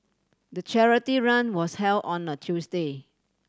the charity run was held on a Tuesday